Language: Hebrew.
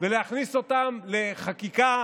ולהכניס אותן לחקיקה.